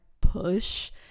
push